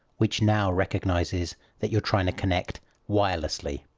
which now recognises that you're trying to connect wirelessly.